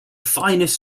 finest